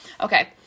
Okay